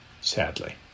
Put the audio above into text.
sadly